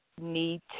Need